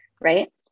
Right